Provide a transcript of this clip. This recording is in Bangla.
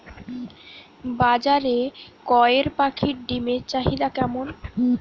বাজারে কয়ের পাখীর ডিমের চাহিদা কেমন?